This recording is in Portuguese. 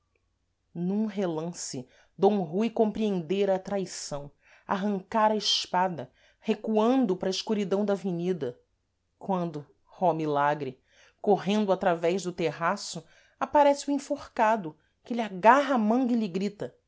num relance d rui compreendera a traição arrancara a espada recuando para a escuridão da avenida quando oh milagre correndo através do terraço aparece o enforcado que lhe agarra a manga e lhe grita